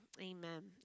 amen